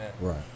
right